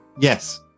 Yes